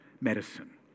medicine